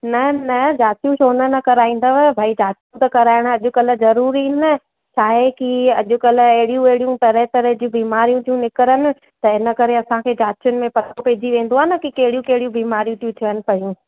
न न जाचूं छो न न कराईंदव भई जाचूं त कराइणु अॼकल्ह ज़रूरी आहिनि ना छाहे की अॼु कल्ह हेड़ियूं हेड़ियूं तरह तरह जूं बीमारियूं थियूं निकरनि त हिन करे असांखे जांचनि में पतो पइजी वेंदव ना की कहिड़ियूं कहिड़ियूं बीमारियूं थियूं थियुनि पयूं